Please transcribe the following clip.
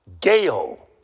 gale